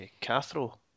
Cathro